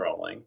scrolling